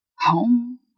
home